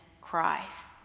Christ